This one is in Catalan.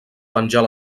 penjar